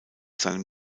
seinem